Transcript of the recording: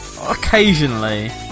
Occasionally